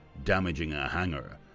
damaging a hangar,